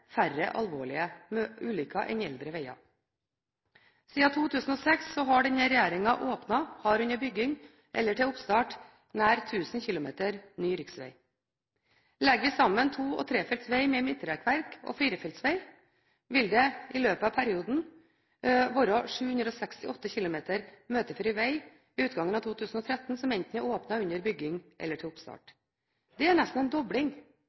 færre alvorlige ulykker enn eldre veger. Siden 2006 har denne regjeringen åpnet, har under bygging eller til oppstart nær 1 000 km ny riksveg. Legger vi sammen to- og trefelts veg med midtrekkverk og firefeltsveg, vil det i løpet av perioden være 768 km møtefri veg ved utgangen av 2013 som enten er åpnet, under bygging eller til oppstart. Det er nesten en dobling